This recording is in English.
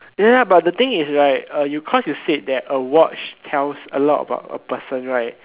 ya ya but the thing is right uh you cause you say a watch tells a lot about a person right